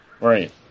Right